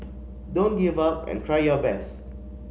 don't give up and try your best